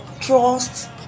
trust